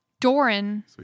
Doran